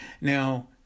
Now